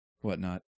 whatnot